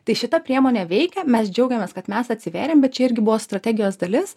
tai šita priemonė veikia mes džiaugiamės kad mes atsivėrėm bet čia irgi buvo strategijos dalis